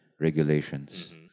regulations